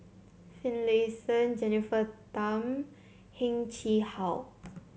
Finlayson Jennifer Tham Heng Chee How